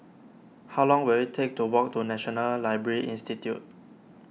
how long will it take to walk to National Library Institute